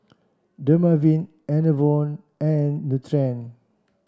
Dermaveen Enervon and Nutren